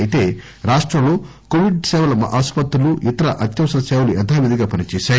అయితే రాష్టంలో కోవిడ్ సేవల ఆసుపత్రులు ఇతర అత్యవసర సేవలు యధావిధిగా పనిచేశాయి